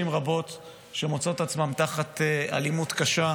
רבות שמוצאות את עצמן תחת אלימות קשה,